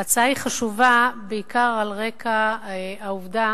ההצעה היא חשובה בעיקר על רקע העובדה